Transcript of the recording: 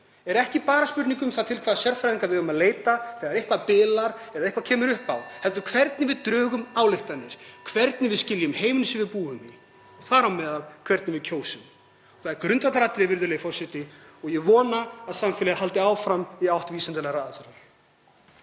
er ekki bara spurning um það til hvaða sérfræðinga við eigum að leita þegar eitthvað bilar eða eitthvað kemur upp á, heldur hvernig við drögum ályktanir, hvernig við skiljum heiminn sem við búum í, þar á meðal hvernig við kjósum. (Forseti hringir.) Það er grundvallaratriði, virðulegi forseti, og ég vona að samfélagið haldi áfram í átt til vísindalegrar aðferðar.